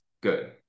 good